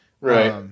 Right